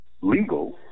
legal